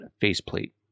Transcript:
faceplate